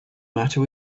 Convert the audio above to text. matter